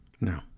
No